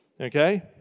Okay